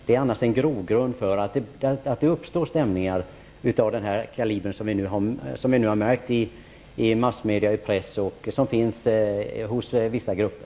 Annars får vi en grogrund där det uppstår stämningar av den kaliber som vi nu har märkt i massmedia och som finns hos vissa grupper.